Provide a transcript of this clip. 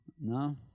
No